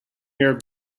year